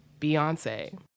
Beyonce